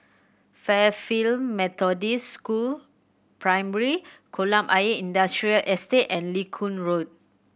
Fairfield Methodist School Primary Kolam Ayer Industrial Estate and Lincoln Road